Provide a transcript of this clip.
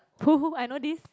who who I know this